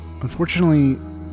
Unfortunately